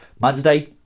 Monday